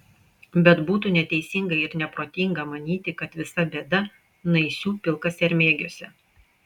bet būtų neteisinga ir neprotinga manyti kad visa bėda naisių pilkasermėgiuose